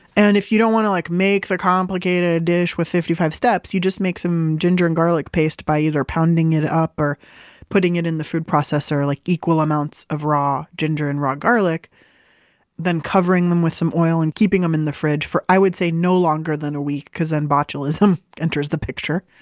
and if you don't want to like make the complicated dish with fifty five steps, you just make some ginger and garlic paste by either pounding it up or putting it in the food processor, like equal amounts of raw ginger and raw garlic, and then covering them with some oil and keeping them in the fridge for i would say no longer than a week, because then botulism enters the picture.